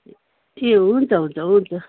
ए हुन्छ हुन्छ हुन्छ